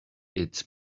its